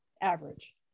average